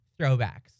throwbacks